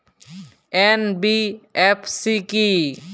NBFC কী?